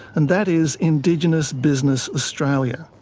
and that is indigenous business australia,